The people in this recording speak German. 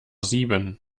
sieben